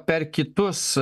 per kitus